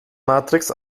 matrix